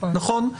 נכון.